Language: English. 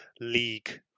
league